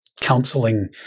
counseling